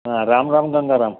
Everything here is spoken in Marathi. हां राम राम गंगाराम